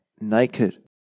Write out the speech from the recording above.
naked